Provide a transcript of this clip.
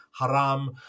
haram